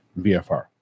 VFR